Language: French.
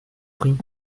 prie